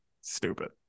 stupid